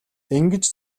ингэж